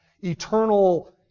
eternal